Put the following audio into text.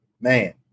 man